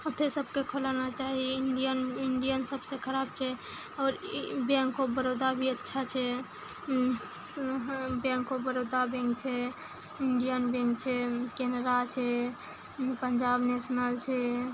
ओते सबके खोलाना चाही इंडियन सबसे खराब छै आओर बैंक ऑफ बड़ौदा भी अच्छा छै बैंक ऑफ बड़ौदा बैंक छै इंडियन बैंक छै केनेरा छै पंजाब नेशनल छै